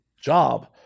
job